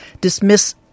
dismiss